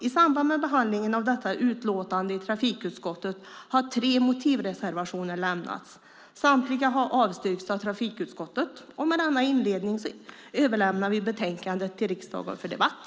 I samband med behandlingen av detta utlåtande i trafikutskottet har tre motivreservationer lämnats. Samtliga har avstyrkts av trafikutskottet. Med denna inledning överlämnar vi utlåtandet till riksdagen för debatt.